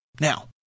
Now